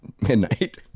midnight